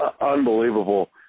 Unbelievable